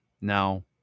now